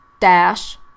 dash